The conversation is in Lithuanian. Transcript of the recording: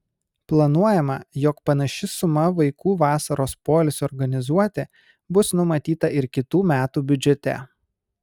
planuojama jog panaši suma vaikų vasaros poilsiui organizuoti bus numatyta ir kitų metų biudžete